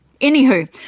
Anywho